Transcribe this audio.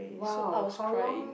!wow! how long